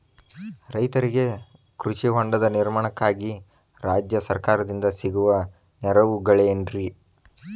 ರೈತರಿಗೆ ಕೃಷಿ ಹೊಂಡದ ನಿರ್ಮಾಣಕ್ಕಾಗಿ ರಾಜ್ಯ ಸರ್ಕಾರದಿಂದ ಸಿಗುವ ನೆರವುಗಳೇನ್ರಿ?